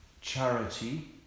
Charity